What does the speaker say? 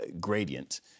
gradient